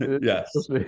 Yes